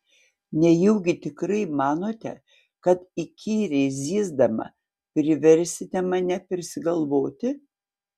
nejaugi tikrai manote kad įkyriai zyzdama priversite mane persigalvoti